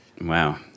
Wow